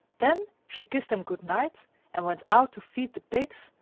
then she kissed them good-night and went out to feed the pigs,